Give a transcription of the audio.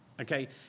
okay